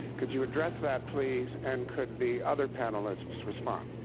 could you address that, please, and could the other panelists respond?